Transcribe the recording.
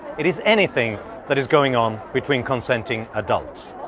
it is anything that is going on between consenting adults.